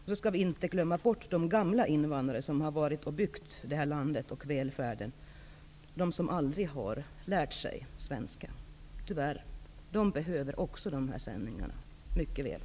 Sedan skall vi inte glömma bort de gamla invandrare som har varit med och byggt upp det här landet och välfärden och som tyvärr aldrig har lärt sig svenska. De behöver också mycket väl dessa sändningar.